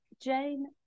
Jane